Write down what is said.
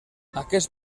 aquest